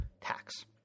tax